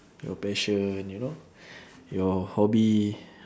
your passion you know your hobby